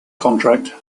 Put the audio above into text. contract